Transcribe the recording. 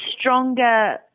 stronger